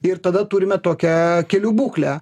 ir tada turime tokią kelių būklę